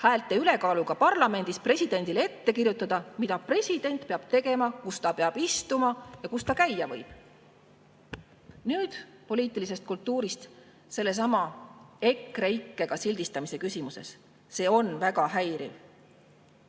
häälte ülekaaluga parlamendis presidendile ette kirjutada, mida president peab tegema, kus ta peab istuma ja kus ta käia võib. Nüüd, poliitilisest kultuurist sellesama EKRE ikkega sildistamise küsimuses. See on väga häiriv.